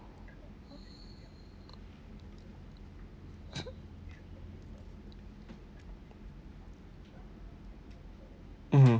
mmhmm